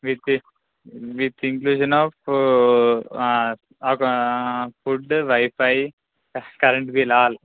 with with inclusion of ఒక food wifi current bill all